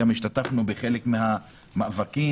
וגם השתתפנו בחלק מהמאבקים,